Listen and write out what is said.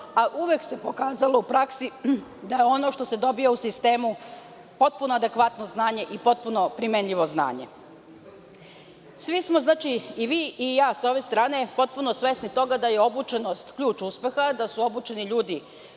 a uvek se pokazalo u praksi da je ono što se dobija u sistemu potpuno adekvatno znanje i potpuno primenjivo znanje. Svi smo znači, i vi i ja sa ove strane, potpuno svesni toga da je obučenost ključ uspeha, da su obučeni ljudi